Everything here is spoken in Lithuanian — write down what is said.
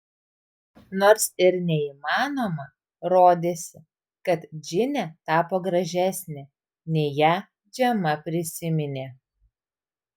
nors ir neįmanoma rodėsi kad džinė tapo gražesnė nei ją džema prisiminė